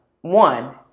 one